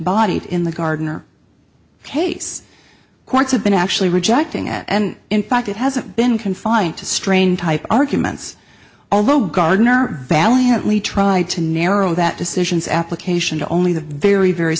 body in the garden or case courts have been actually rejecting it and in fact it hasn't been confined to strain type arguments although gardner valiantly tried to narrow that decisions application to only the very very